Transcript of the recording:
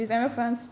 okay